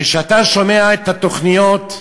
כשאתה שומע את התוכניות,